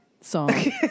song